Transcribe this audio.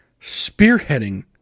spearheading